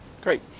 Great